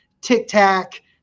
tic-tac